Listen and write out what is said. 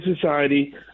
Society